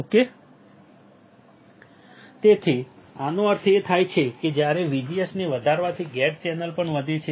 okay તેથી આનો અર્થ એ થાય કે જ્યારે VGS ને વધારવાથી ગેટ ચેનલ પણ વધે છે